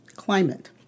climate